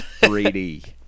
3D